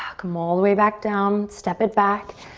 come all the way back down, step it back.